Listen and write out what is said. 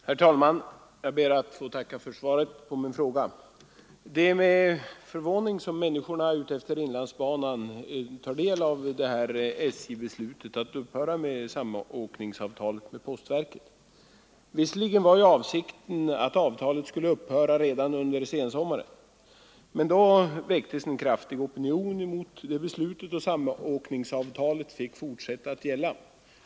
Herr talman! Jag ber att få tacka för svaret på min fråga. Det är med förvåning människorna utefter inlandsbanan tar del av SJ-beslutet att upphöra med samåkningsavtalet med postverket. Visserligen var ju avsikten att avtalet skulle upphöra redan under sensommaren 1973, men då väcktes en kraftig opinion mot beslutet, och samåkningsavtalet fick fortsätta att gälla.